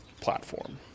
platform